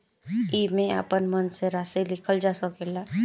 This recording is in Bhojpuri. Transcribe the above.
एईमे आपन मन से राशि लिखल जा सकेला